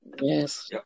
Yes